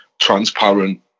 transparent